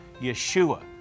Yeshua